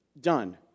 done